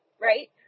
Right